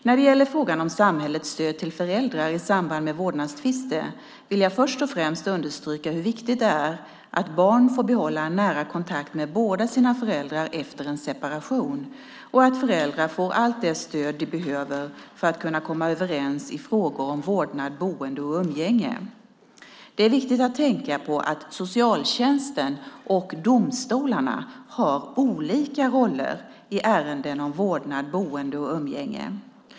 När det gäller frågan om samhällets stöd till föräldrar i samband med vårdnadstvister vill jag först och främst understryka hur viktigt det är att barn får behålla en nära kontakt med båda sina föräldrar efter en separation och att föräldrar får allt det stöd de behöver för att kunna komma överens i frågor om vårdnad, boende och umgänge. Det är viktigt att tänka på att socialtjänsten och domstolarna har olika roller i ärenden om vårdnad, boende och umgänge.